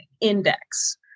index